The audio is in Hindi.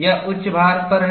यह उच्च भार पर है